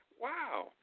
Wow